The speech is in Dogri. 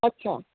अच्छा